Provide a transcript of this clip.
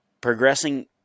progressing